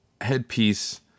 headpiece